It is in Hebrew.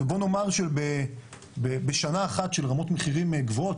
ובוא נאמר שבשנה אחת של רמות מחירים גבוהות,